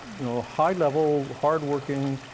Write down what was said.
you know, high-level, hardworking,